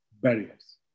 barriers